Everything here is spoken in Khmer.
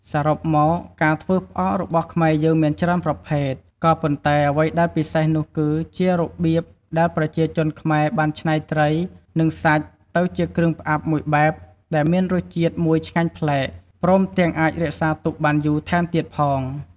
សរុបមក ការធ្វើផ្អករបស់ខ្មែរយើងមានច្រើនប្រភេទ ក៏ប៉ុន្តែអ្វីដែលពិសេសនោះគឺជារបៀបដែលប្រជាជនខ្មែរបានច្នៃត្រី និងសាច់ទៅជាគ្រឿងផ្អាប់មួយបែបដែលមានរសជាតិមួយឆ្ងាញ់ប្លែក ព្រមទាំងអាចរក្សាទុកបានយូរថែមទៀតផង។